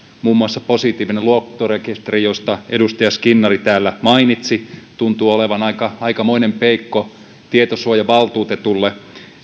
muun muassa positiivinen luottorekisteri josta edustaja skinnari täällä mainitsi tuntuu olevan aikamoinen peikko tietosuojavaltuutetulle